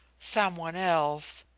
some one else!